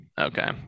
Okay